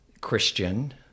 Christian